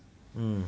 mm